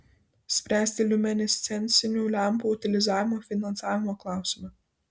spręsti liuminescencinių lempų utilizavimo finansavimo klausimą